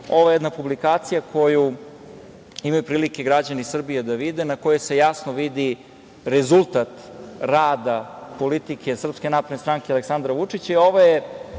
Ovo je jedna publikacija koju imaju prilike građani Srbije da vide, na kojoj se jasno vidi rezultat rada politike SNS, Aleksandra Vučića